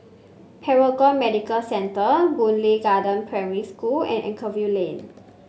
Paragon Medical Centre Boon Lay Garden Primary School and Anchorvale Lane